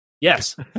Yes